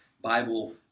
Bible